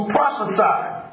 prophesied